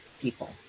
people